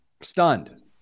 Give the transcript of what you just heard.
Stunned